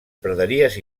praderies